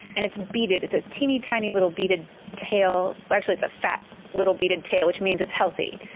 and it's beaded, it's a teeny tiny little beaded tail, well actually it's a fat little beaded tail, which means it's healthy,